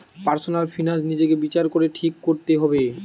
personal finance নিজেকে বিচার করে ঠিক কোরতে হবে